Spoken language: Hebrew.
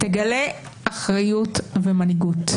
תגלה אחריות ומנהיגות,